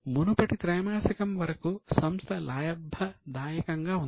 మునుపటి త్రైమాసికం వరకు సంస్థ లాభదాయకంగా ఉంది